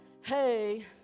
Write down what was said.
Hey